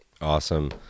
Awesome